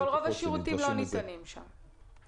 אבל רוב השירותים שהיו